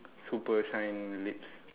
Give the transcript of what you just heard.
super shine lips